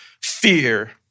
fear